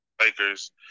Lakers